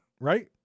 right